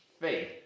faith